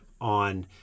on